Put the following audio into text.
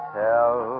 tell